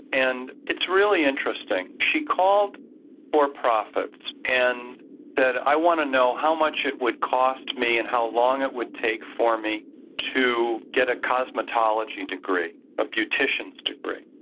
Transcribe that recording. and it's really interesting, she called for-profits and, i want to know how much it would cost me and how long it would take for me to get a cosmetology degree, a beautician's degree.